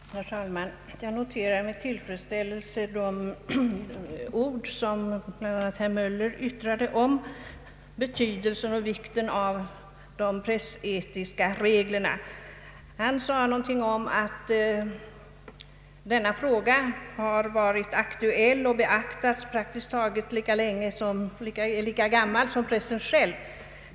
Herr talman! Jag noterar med tillfredsställelse vad herr Möller sade om betydelsen och vikten av de pressetiska reglerna. Han nämnde att denna fråga har varit aktuell mycket länge och är praktiskt taget lika gammal som pressen själv.